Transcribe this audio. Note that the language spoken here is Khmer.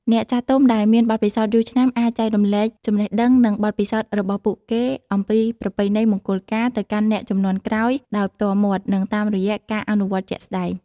អ្នកចាស់ទុំដែលមានបទពិសោធន៍យូរឆ្នាំ អាច ចែករំលែកចំណេះដឹង និងបទពិសោធន៍ របស់ពួកគេអំពីប្រពៃណីមង្គលការ ទៅកាន់អ្នកជំនាន់ក្រោយដោយផ្ទាល់មាត់ និងតាមរយៈការអនុវត្តជាក់ស្តែង។